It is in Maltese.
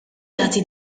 jagħti